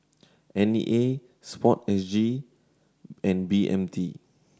N E A Sport S G and B M T